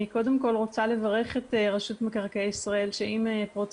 אני קודם כל רוצה לברך את רשות מקרקעי ישראל שעם פרוץ